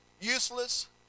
useless